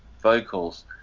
vocals